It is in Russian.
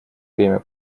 время